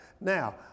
Now